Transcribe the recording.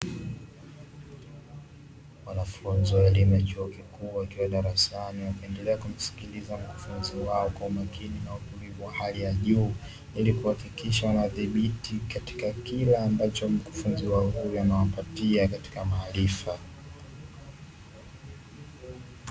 Wanafunzi wa elimu ya chuo kikuu wakiwa darasani wakiendelea kumsikiliza mkufunzi wao kwa utulivu wa hali ya juu, ili kuhakikisha wanadhibiti katika kila ambacho mkufunzi wao huyo anawapatia katika maarifa.